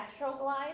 Astroglide